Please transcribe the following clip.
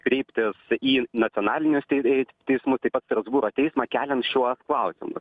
kreiptis į nacionalinius teis teismus taip pat strasbūro teismą keliant šiuos klausimus